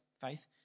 faith